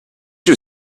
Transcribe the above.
you